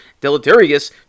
deleterious